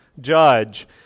judge